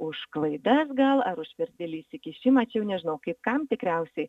už klaidas gal ar už per didelį įsikišimą čia jau nežinau kaip kam tikriausiai